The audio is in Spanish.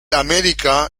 america